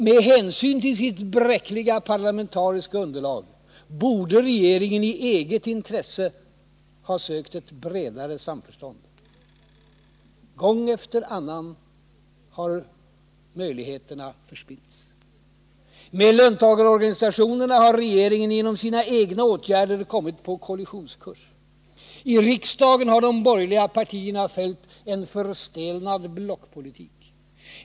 Med hänsyn till sitt bräckliga parlamentariska underlag borde regeringen i eget intresse ha sökt ett bredare samförstånd. Gång efter annan har möjligheterna förspillts. Med löntagarorganisationerna har regeringen genom sina egna åtgärder kommit på kollisionskurs. I riksdagen har de borgerliga partierna följt en förstelnad blockpolitik.